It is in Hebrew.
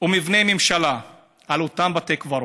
ומבנה ממשלה על אותם בתי קברות,